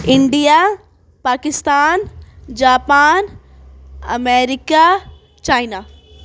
India Pakistan Japan America China